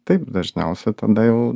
taip dažniausia tada jau